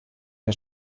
der